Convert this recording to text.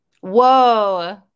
Whoa